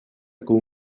con